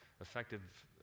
effective